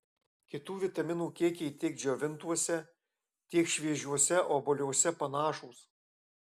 kitų vitaminų kiekiai tiek džiovintuose tiek šviežiuose obuoliuose panašūs